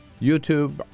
YouTube